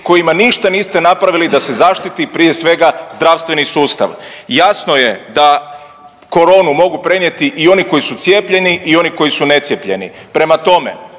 kojima ništa niste napravili da se zaštiti prije svega zdravstveni sustav. Jasno je da koronu mogu prenijeti i oni koji su cijepljeni i oni koji su necijepljeni, prema tome